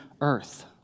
earth